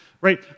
right